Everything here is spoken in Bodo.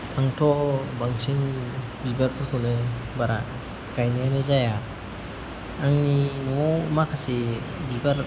आंथ' बांसिन बिबारफोरखौनो बारा गायनायानो जाया आंनि न'आव माखासे बिबार